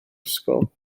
ysgol